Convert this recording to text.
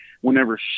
whenever